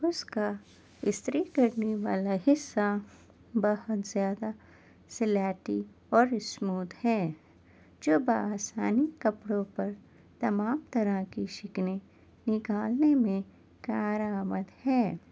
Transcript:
اس کا استری کرنے والا حصہ بہت زیادہ سلیٹی اور اسموتھ ہے جو بہ آسانی کپڑوں پر تمام طرح کی شکنیں نکالنے میں کار آمد ہے